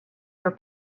were